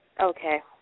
Okay